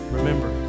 Remember